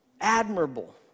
admirable